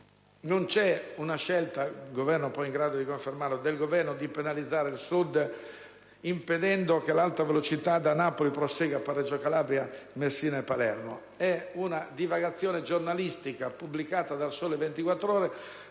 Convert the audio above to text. non c'è la scelta - il Governo può confermare - di penalizzare il Sud, impedendo che l'Alta velocità da Napoli prosegua per Reggio Calabria, Messina e Palermo. È una divagazione giornalistica pubblicata da «Il Sole 24 Ore»: